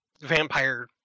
Vampire